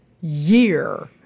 year